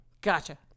Gotcha